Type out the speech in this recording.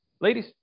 Ladies